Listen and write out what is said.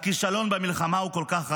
כשהכישלון במלחמה הוא כל כך רחב,